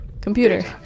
Computer